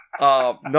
No